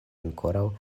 ankoraŭ